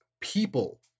people